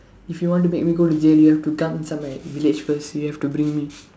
if you want to make me go to jail you have to come inside my village first you have to bring me